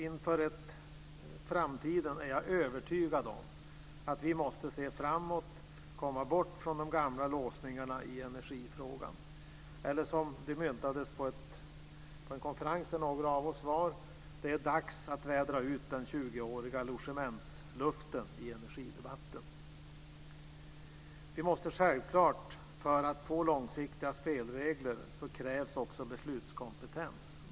Inför framtiden är jag övertygad om att vi måste se framåt och komma bort från de gamla låsningarna i energifrågan eller - som det myntades på en konferens där några av oss var - det är dags att vädra ut den tjugoåriga logementsluften i energidebatten. För att få långsiktiga spelregler krävs också beslutskompetens.